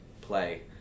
play